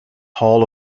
hall